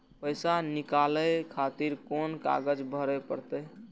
पैसा नीकाले खातिर कोन कागज भरे परतें?